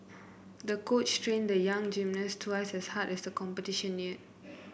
the coach trained the young gymnast twice as hard as the competition neared